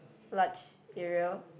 large area